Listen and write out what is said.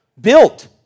built